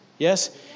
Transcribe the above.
Yes